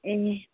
ए